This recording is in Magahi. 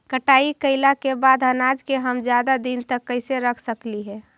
कटाई कैला के बाद अनाज के हम ज्यादा दिन तक कैसे रख सकली हे?